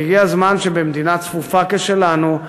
כי הגיע הזמן שבמדינה צפופה כשלנו,